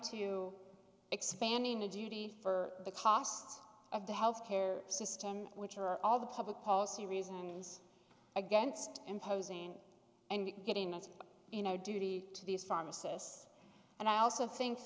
to expanding the duty for the cost of the health care system which are all the public policy reasons against imposing and getting that's you know duty to these pharmacists and i also think